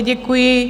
Děkuji.